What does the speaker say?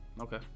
Okay